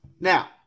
now